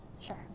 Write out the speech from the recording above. Sure